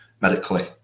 medically